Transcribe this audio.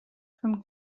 from